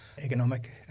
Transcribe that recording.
economic